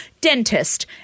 Dentist